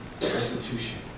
Restitution